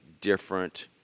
different